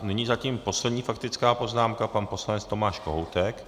Nyní zatím poslední faktická poznámka pan poslanec Tomáš Kohoutek.